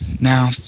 Now